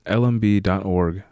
lmb.org